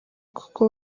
kuko